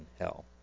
hell